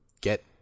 get